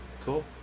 Cool